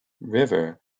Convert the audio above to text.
river